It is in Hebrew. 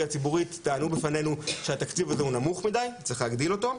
הציבורית טענו בפנינו שהתקציב הזה נמוך מדי וצריך להגדיל אותו.